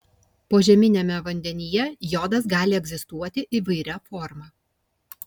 požeminiame vandenyje jodas gali egzistuoti įvairia forma